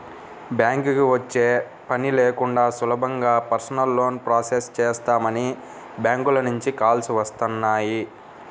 బ్యాంకుకి వచ్చే పని లేకుండా సులభంగా పర్సనల్ లోన్ ప్రాసెస్ చేస్తామని బ్యాంకుల నుంచి కాల్స్ వస్తున్నాయి